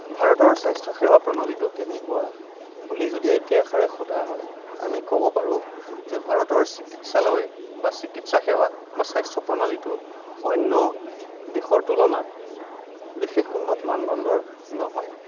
ভাৰতৰ স্বাস্থ্য়সেৱা প্ৰণালীটো কেনেকুৱা বুলি যদি একেষাৰে সোধা হয় আমি ক'ব পাৰোঁ যে ভাৰতৰ চিকিৎসালয় বা চিকিৎসা সেৱা বা স্বাস্থ্য়প্ৰণালীটো অন্য় দেশৰ তুলনাত বিশেষ উন্নত মানদণ্ডৰ নহয়